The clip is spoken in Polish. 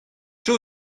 czy